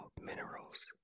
minerals